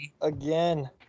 again